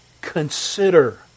consider